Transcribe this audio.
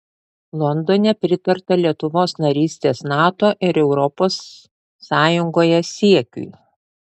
londone pritarta lietuvos narystės nato ir europos sąjungoje siekiui